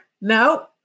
No